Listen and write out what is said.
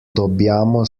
dobbiamo